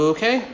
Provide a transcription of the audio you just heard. Okay